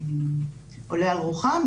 שעולה על רוחם,